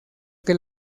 que